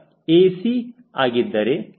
C ಆಗಿದ್ದರೆ C